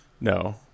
No